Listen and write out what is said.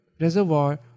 reservoir